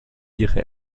ihre